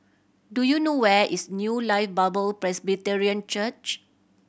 do you know where is New Life Bible Presbyterian Church